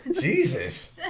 Jesus